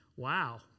wow